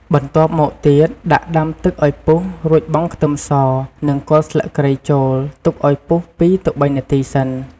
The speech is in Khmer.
បន្ទាប់មកទៀត ដាក់ដាំទឹកអោយពុះ រួចបង់ខ្ទឹមស និងគល់ស្លឹកគ្រៃចូល ទុកឱ្យពុះ២ទៅ៣នាទីសិន។